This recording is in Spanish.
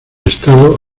estado